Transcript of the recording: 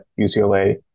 UCLA